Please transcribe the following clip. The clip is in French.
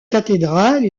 cathédrale